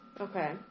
Okay